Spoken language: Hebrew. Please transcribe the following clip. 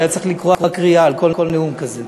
היה צריך לקרוע קריעה על כל נאום כזה.